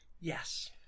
Yes